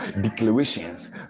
declarations